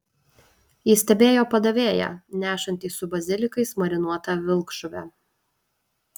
ji stebėjo padavėją nešantį su bazilikais marinuotą vilkžuvę